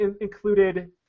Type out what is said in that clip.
included